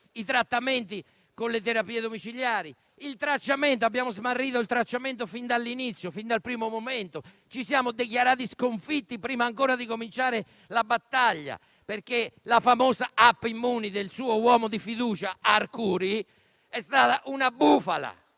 ai trattamenti con le terapie domiciliari, al tracciamento, che abbiamo smarrito fin dall'inizio, fin dal primo momento. Ci siamo dichiarati sconfitti prima ancora di cominciare la battaglia, perché la famosa *app* Immuni, del suo uomo di fiducia Arcuri, è stata una bufala,